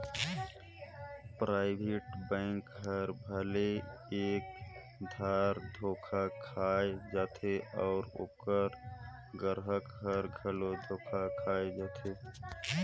private bank हर भले एक धाएर धोखा खाए जाथे अउ ओकर गराहक हर घलो धोखा खाए जाथे